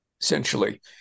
essentially